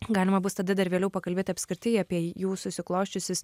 galima bus tada dar vėliau pakalbėt apskritai apie jų susiklosčiusius